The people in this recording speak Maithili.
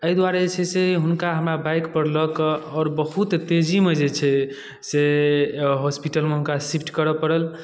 अइ दुआरे जे छै से हुनका हमरा बाइकपर लऽ कऽ आओर बहुत तेजीमे जे छै से हॉस्पिटलमे हुनका शिफ्ट करै पड़ल